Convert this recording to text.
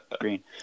green